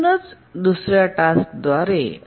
highest locker protocol मधील गुणधर्म खालीलप्रमाणे आहेत